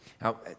Now